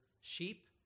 sheep